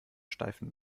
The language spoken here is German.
steifen